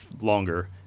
longer